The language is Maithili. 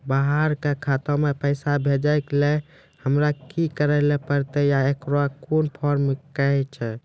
बाहर के खाता मे पैसा भेजै के लेल हमरा की करै ला परतै आ ओकरा कुन फॉर्म कहैय छै?